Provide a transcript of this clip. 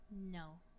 no